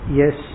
yes